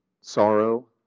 sorrow